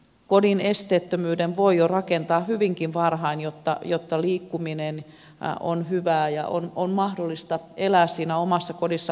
kodin esteettömyyden voi jo rakentaa hyvinkin varhain jotta liikkuminen on hyvää ja on mahdollista elää omassa kodissa pitkään